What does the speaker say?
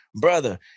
Brother